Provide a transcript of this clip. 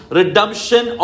redemption